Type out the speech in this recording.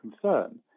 concern